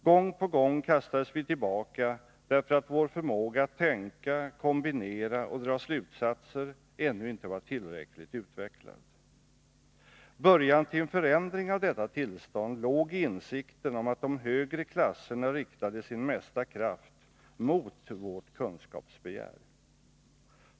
Gång på gång kastades vi tillbaka, därför att vår förmåga att tänka, kombinera och dra slutsatser ännu inte var tillräckligt utvecklad. Början till en förändring av detta tillstånd låg i insikten om att de högre klasserna riktade sin mesta kraft mot vårt kunskapsbegär.